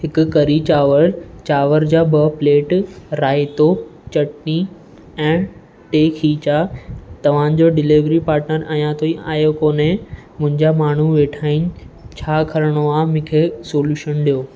हिकु करी चांवर चांवर जा ॿ प्लेट रायतो चटनी ऐं टे खीचा तव्हांजो डिलेवरी पाटनर अञा ताईं आयो कोने मुंहिंजा माण्हू वेठा आहिनि छा करणो खे मूंखे सोलुशन ॾियो